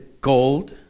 gold